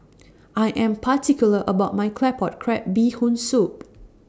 I Am particular about My Claypot Crab Bee Hoon Soup